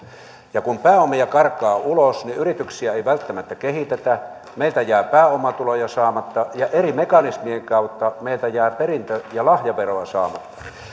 ja kun pääomia karkaa ulos niin yrityksiä ei välttämättä kehitetä meiltä jää pääomatuloja saamatta ja eri mekanismien kautta meiltä jää perintö ja lahjaveroa saamatta kun